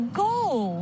goal